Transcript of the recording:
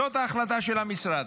זאת ההחלטה של המשרד.